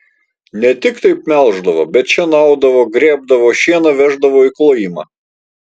ne tik taip melždavo bet šienaudavo grėbdavo šieną veždavo į klojimą